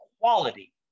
quality